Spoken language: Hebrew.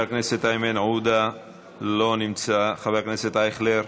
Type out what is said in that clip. חבר הכנסת איימן עודה, לא נמצא, חבר הכנסת אייכלר,